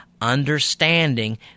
understanding